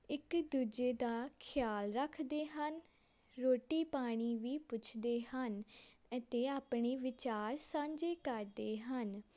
ਇੱਕ ਦੂਜੇ ਦਾ ਖਿਆਲ ਰੱਖਦੇ ਹਨ ਰੋਟੀ ਪਾਣੀ ਵੀ ਪੁੱਛਦੇ ਹਨ ਅਤੇ ਆਪਣੇ ਵਿਚਾਰ ਸਾਂਝੇ ਕਰਦੇ ਹਨ